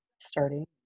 starting